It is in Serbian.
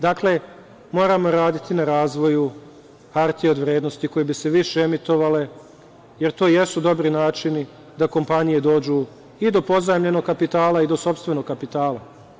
Dakle, moramo raditi na razvoju hartija od vrednosti koje bi se više emitovale, jer to jesu dobri načini da kompanije dođu i do pozajmljenog kapitala i do sopstvenog kapitala.